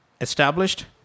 Established